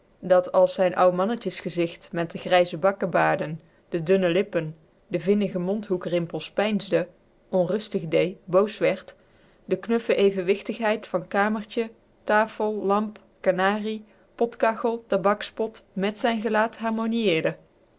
dat als zijn ouw mannetjes gezicht met de grijze bak digen dunne lippen de vinnige mondhoekrimpels peinsde kebardjs onrustig dee boos werd de knuffe evenwichtigheid van kamertje tafel lamp kanarie potkachel tabakspot mèt zijn gelaat